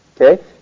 Okay